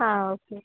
ಹಾಂ ಓಕೆ